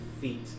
feet